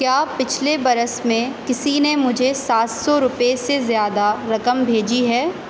کیا پچھلے برس میں کسی نے مجھے سات سو روپے سے زیادہ رقم بھیجی ہے